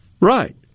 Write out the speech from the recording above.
Right